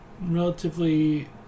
relatively